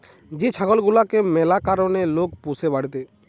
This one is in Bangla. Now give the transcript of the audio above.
যে ছাগল গুলাকে ম্যালা কারণে লোক পুষে বাড়িতে